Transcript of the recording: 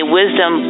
wisdom